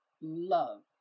love